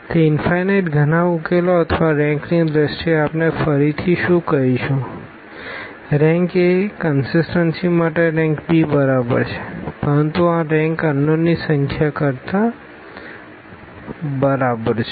તે ઇનફાઈનાઈટ ઘણા ઉકેલો અથવા રેંક ની દ્રષ્ટિએ આપણે ફરીથી શું કહીશું RankA કનસીસટન્સી માટે Rankb બરાબર છે પરંતુ આ રેંક અનનોનની સંખ્યા કરતા બરાબર છે